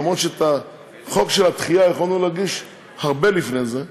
למרות שאת החוק של הדחייה יכולנו להגיש הרבה לפני זה,